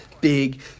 big